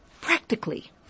Practically